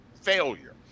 failure